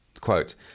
Quote